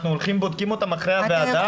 אנחנו הולכים ובודקים אותם אחרי הוועדה.